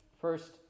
First